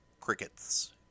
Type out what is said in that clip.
crickets